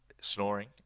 snoring